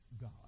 God